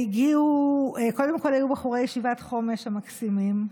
והגיעו, קודם כול היו בחורי ישיבת חומש המקסימים,